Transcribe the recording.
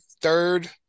third